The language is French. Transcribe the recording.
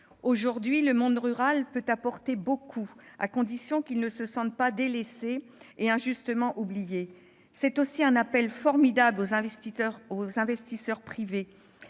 Aujourd'hui, le monde rural peut apporter beaucoup, à condition qu'il ne se sente pas délaissé ni injustement oublié. Il adresse ainsi un appel formidable aux investisseurs privés